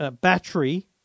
battery